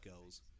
goals